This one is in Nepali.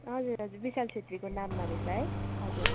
हजुर हजुर विशाल छेत्रीको नाममा रहेछ है हजुर